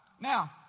Now